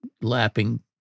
lapping